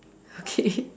okay